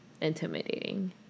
intimidating